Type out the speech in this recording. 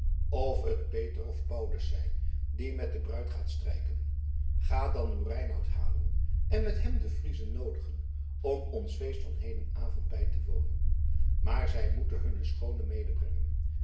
of het peter of paulus zij die met de bruid gaat strijken ga dan uw reinout halen en met hem de friezen noodigen om ons feest van hedenavond bij te wonen maar zij moeten hunne schoone